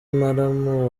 muramu